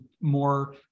more